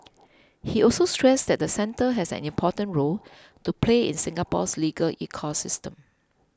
he also stressed that the centre has an important role to play in Singapore's legal ecosystem